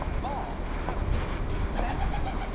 barr has been relentless.